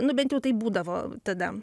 nu bent jau taip būdavo tada